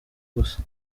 gusa